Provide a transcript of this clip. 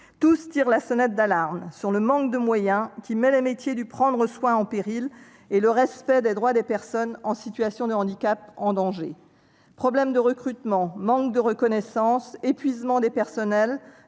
Tous tirent la sonnette d'alarme sur le manque de moyens, qui met en péril les métiers du « prendre soin » et en danger le respect des droits des personnes en situation de handicap. Problèmes de recrutement, manque de reconnaissance, épuisement des personnels